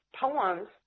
poems